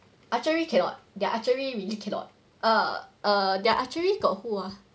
archery cannot their archery really cannot err err their archery got who !huh!